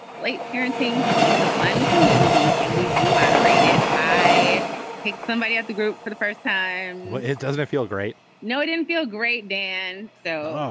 late parenting. it's the fun community and we do moderate it. i pick somebody at the group for the first time. it doesn't feel great. no, it didn't feel great, dan though.